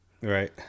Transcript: right